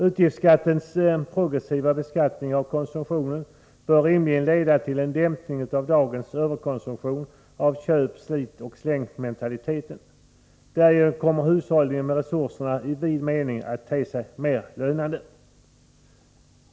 Utgiftsskattens progressiva beskattning av konsumtionen bör rimligen leda till en dämpning av dagens överkonsumtion av köp-, slitoch slängmentalitet. Därigenom kommer hushållning med resurser i vid mening att te sig mer lönande.